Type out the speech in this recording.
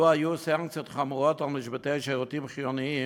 לו היו סנקציות חמורות על משביתי שירותים חיוניים,